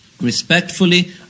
respectfully